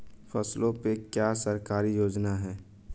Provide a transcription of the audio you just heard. फसलों पे क्या सरकारी योजना है?